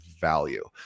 value